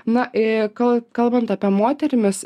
na į kal kalbant apie moterimis